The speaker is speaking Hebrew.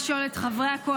חברי הכנסת, אנא, אנא.